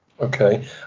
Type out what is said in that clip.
Okay